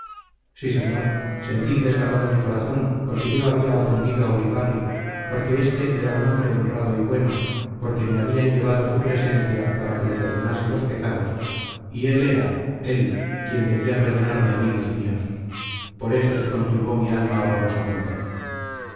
sí señor sentí desgarrado mi corazón porque yo había ofendido a ulibarri porque éste era un hombre honrado y bueno porque me habían llevado a su presencia para que le perdonase los pecados y él era él quien debla perdonarme a mí los míos por eso se conturbó mi alma horrorosamente